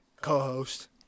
co-host